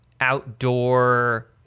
outdoor